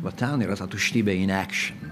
va ten yra ta tuštybė in ekšin